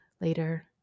later